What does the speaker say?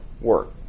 work